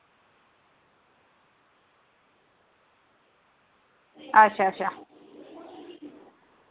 अच्छा अच्छा